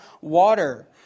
water